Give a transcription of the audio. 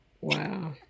wow